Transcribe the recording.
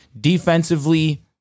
Defensively